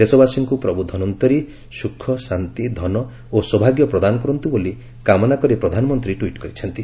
ଦେଶବାସୀଙ୍କୁ ପ୍ରଭୁ ଧନନ୍ତ୍ୱରୀ ସୁକ ଶାନ୍ତି ଧନ ଓ ସୌଭାଗ୍ୟ ପ୍ରଦାନ କରନ୍ତୁ ବୋଲି କାମନା କରି ପ୍ରଧାନମନ୍ତ୍ରୀ ଟ୍ୱିଟ୍ କରିଛନ୍ତି